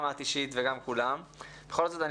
ובכל זאת,